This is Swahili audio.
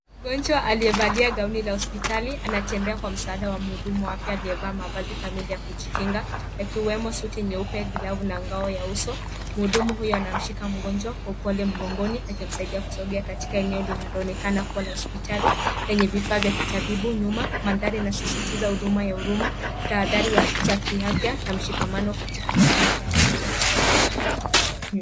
Ugonjwa aliyevalia gauni la hospitali anatembea kwa msaada wa mhudumu afya aliyevaa mavazi kamili ya kujikinga yakiwemo suti nyeupe, glavu na ngao ya uso. Mhudumu huyo anamshika mgonjwa kwa upole mgongoni akimsaidia kusogea katika eneo linaloonekana kuwa na hospitali lenye vifaa vya kitabibu nyuma. Mandhari inasisitiza huduma ya huruma tahadhari za kiafya na mshikamano katika mazingira ya tiba.